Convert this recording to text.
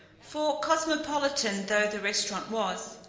for, cosmopolitan though the restaurant was,